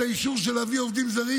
את האישור להביא עובדים זרים,